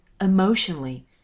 emotionally